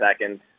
second